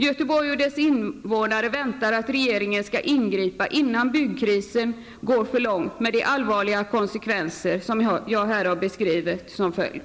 Göteborg och dess invånare väntar att regeringen skall ingripa innan byggkrisen går för långt, med de allvarliga konsekvenser som jag här har beskrivit som följd.